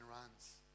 runs